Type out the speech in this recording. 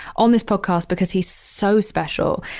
on this podcast because he's so special.